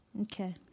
Okay